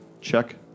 check